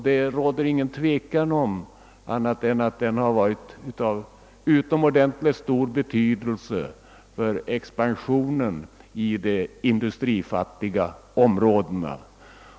Det råder inget tvivel om att den har varit av utomordentligt stor betydelse för expansionen i de industrifattiga områdena.